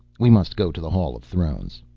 we must go to the hall of thrones.